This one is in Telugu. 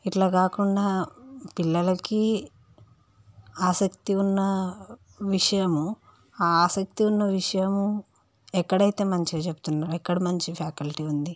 ఇలా కాకుండా పిల్లలకి ఆసక్తి ఉన్న విషయము ఆ ఆసక్తి ఉన్న విషయము ఎక్కడైతే మంచిగా చెబుతున్నారో ఎక్కడ మంచి ఫ్యాకల్టీ ఉంది